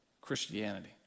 Christianity